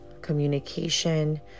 communication